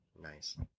Nice